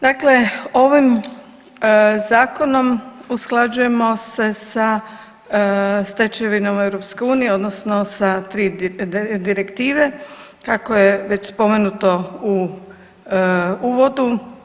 Dakle, ovim zakonom usklađujemo se sa stečevinom EU, odnosno sa tri direktive kako je već spomenuto u uvodu.